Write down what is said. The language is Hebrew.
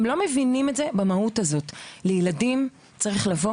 ילדים לא מבינים את המהות הזאת ולכן צריך לבוא